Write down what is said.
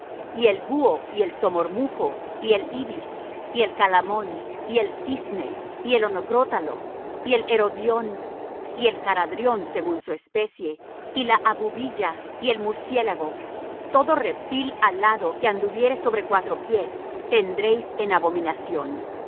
y el buho y el somormujo y el ibis y el calamón y el cisne y el onocrótalo y el herodión y el caradrión según su especie y la abubilla y el murciélago todo reptil alado que anduviere sobre cuatro pies tendréis en abominación